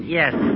yes